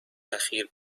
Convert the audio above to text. اخیر